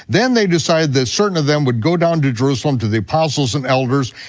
then they decide that certain of them would go down to jerusalem, to the apostles and elders,